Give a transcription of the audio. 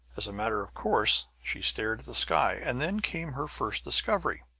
as a matter of course, she stared at the sky and then came her first discovery.